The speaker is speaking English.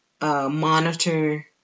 monitor